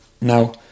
Now